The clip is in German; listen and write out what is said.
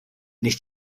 nicht